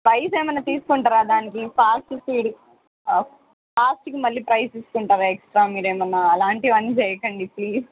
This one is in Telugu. ప్రైస్ ఏమన్న తీసుకుంటారా దానికి ఫాస్ట్ స్పీడ్ ఫాస్ట్కి మళ్ళీ ప్రైస్ తీసుకుంటారా ఎక్స్ట్రా మీరు ఏమన్న అలాంటివన్నీ చేయకండి ప్లీజ్